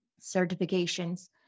certifications